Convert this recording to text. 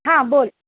हां बोल